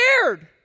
scared